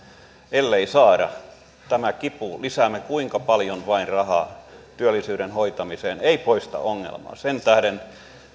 ellemme saa tämä että lisäämme kuinka paljon vain rahaa työllisyyden hoitamiseen ei poista ongelmaa sen tähden